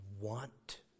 want